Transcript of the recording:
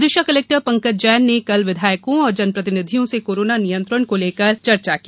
Vidisha collector Pankaj Jain ने कल विधायको और जनप्रतिनिधियों से कोरोना नियंत्रण को लेकर चर्चा की